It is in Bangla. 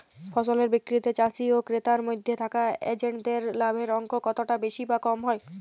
ফসলের বিক্রিতে চাষী ও ক্রেতার মধ্যে থাকা এজেন্টদের লাভের অঙ্ক কতটা বেশি বা কম হয়?